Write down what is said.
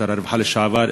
שר הרווחה לשעבר,